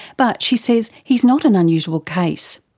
but she says he's not an unusual case.